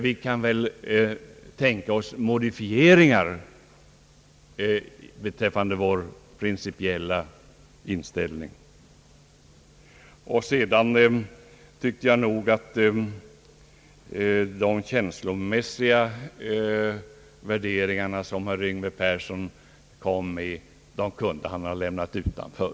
Vi kan väl tänka oss modifieringar beträffande vår principiella inställning. Vidare tyckte jag nog att herr Yngve Persson kunde ha lämnat de känslomässiga värderingarna utanför.